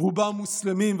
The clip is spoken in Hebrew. רובם מוסלמים,